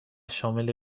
شامل